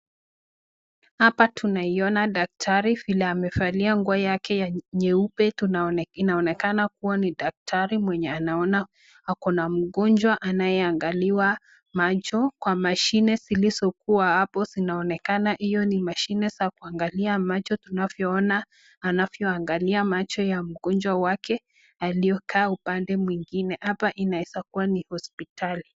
Hapa tunaiona daktari amevalia nguo yake nyeupe inaonekana kuwa ni daktari, mwenye akona mgonjwa anayeangaliwa macho kwa mashine zilizokuwa hapo, zinaonekana hiyo ni mashine za kuangalia macho tunavyo ona anavyoangalia macho ya mgonjwa wake aliokaa upande mwengine hapo inayezakuwa ni hospitali.